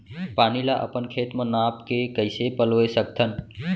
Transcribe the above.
पानी ला अपन खेत म नाप के कइसे पलोय सकथन?